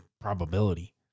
probability